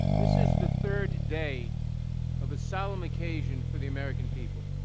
this is the third day of a solemn occasion for the american people.